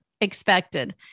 expected